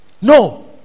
No